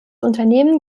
unternehmen